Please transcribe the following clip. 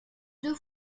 deux